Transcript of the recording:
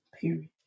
period